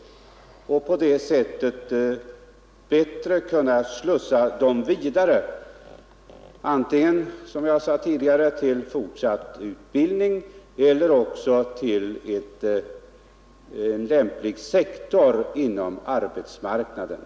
Därigenom kan man lättare slussa dem vidare antingen, som jag sade tidigare, till fortsatt utbildning eller till en lämplig sektor inom arbetsmarknaden.